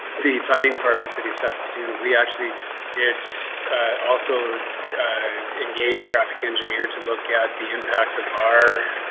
the planning department city of saskatoon. we actually did also engage a traffic engineer to look at the impacts of our